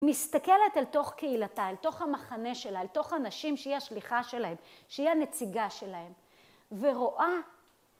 מסתכלת אל תוך קהילתה, אל תוך המחנה שלה, אל תוך הנשים שהיא השליחה שלהם, שהיא הנציגה שלהם, ורואה